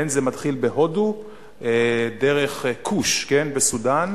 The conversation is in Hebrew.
זה מתחיל בהודו דרך כוש, בסודן,